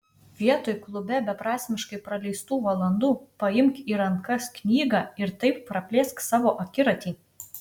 vietoj klube beprasmiškai praleistų valandų paimk į rankas knygą ir taip praplėsk savo akiratį